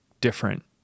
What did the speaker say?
different